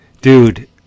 Dude